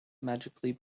magically